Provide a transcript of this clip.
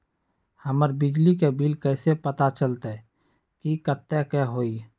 हमर बिजली के बिल कैसे पता चलतै की कतेइक के होई?